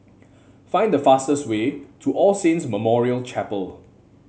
find the fastest way to All Saints Memorial Chapel